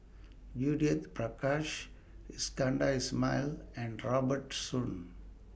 Judith Prakash Iskandar Ismail and Robert Soon